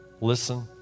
listen